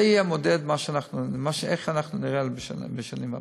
זה יהיה מודד איך אנחנו ניראה בשנים הבאות.